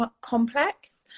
complex